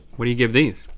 what do you give these?